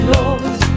Lord